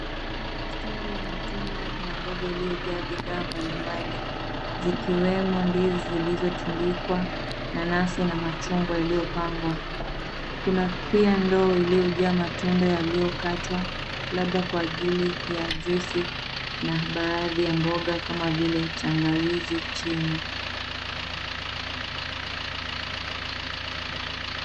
Stendi ya matunda na mboga iliyojaa bidhaa mbalimbali, zikiwemo ndizi zilizotundikwa, nanasi na machungwa iliyopangwa. Kuna pia ndoo iliyojaa matunda yaliyokatwa, labda kwa ajili ya juisi na baadhi ya mboga kama vile tangawizi chini.